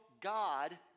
God